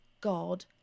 God